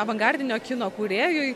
avangardinio kino kūrėjui